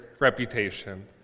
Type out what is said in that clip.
reputation